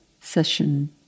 Session